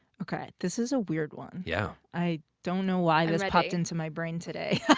okay, this is a weird one. yeah. i don't know why this popped into my brain today.